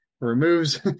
removes